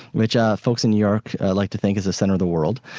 which ah folks in new york like to think is the centre of the world,